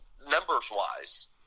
numbers-wise